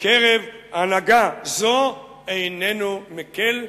בקרב הנהגה זו איננו מקל,